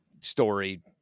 story